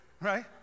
right